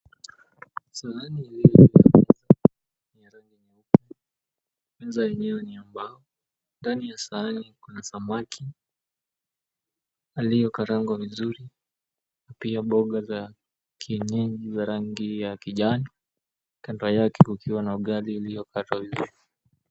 Sahani iliyo ya rangi nyekundu, meza yenyewe ni ya mabasi. Ndani ya sahani kuna samaki, aliyekarangwa vizuri, pia mboga za kienyeji rangi ya kijani. Kando yake kukiwa na ugali iliyokatwa vizuri.